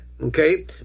okay